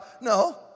No